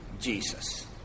Jesus